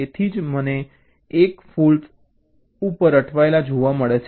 તેથી જ મને 1 ફૉલ્ટ ઉપર અટવાયેલા જોવા મળે છે